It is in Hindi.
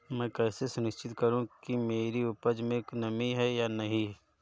मैं कैसे सुनिश्चित करूँ कि मेरी उपज में नमी है या नहीं है?